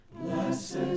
Blessed